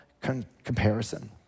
comparison